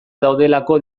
daudelako